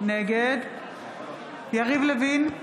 נגד יריב לוין,